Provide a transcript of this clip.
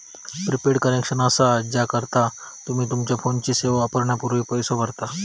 prepaid connection असा हा ज्याकरता तुम्ही तुमच्यो फोनची सेवा वापरण्यापूर्वी पैसो भरता